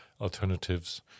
alternatives